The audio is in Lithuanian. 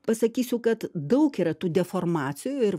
pasakysiu kad daug yra tų deformacijų ir